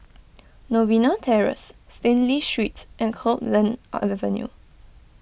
Novena Terrace Stanley Street and Copeland Avenue